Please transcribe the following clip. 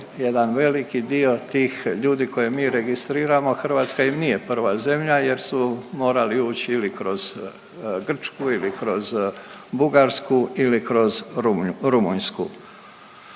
jedan veliki dio tih ljudi koje mi registriramo Hrvatska im nije prva zemlja jer su morali ući ili kroz Grčku ili kroz Bugarsku ili kroz Rumunjsku.